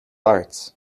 arts